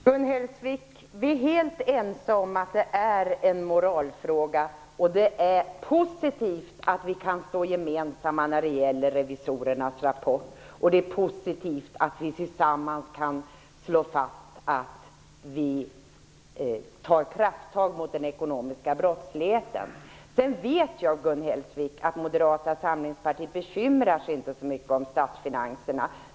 Herr talman! Vi är helt ense om att det är en fråga om moral, Gun Hellsvik. Det är positivt att vi kan stå eniga när det gäller revisorernas rapport, och det är positivt att vi tillsammans kan slå fast att vi skall ta krafttag mot den ekonomiska brottsligheten. Sedan vet jag, Gun Hellsvik, att Moderata samlingspartiet inte bekymrar sig särskilt mycket om statsfinanserna.